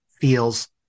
feels